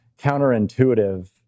counterintuitive